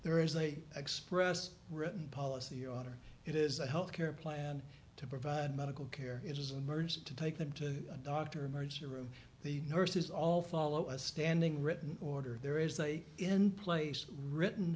there is a express written policy order it is a health care plan to provide medical care it is emerged to take them to a doctor emergency room the nurses all follow a standing written order there is a in place written